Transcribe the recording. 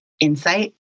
insight